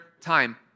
time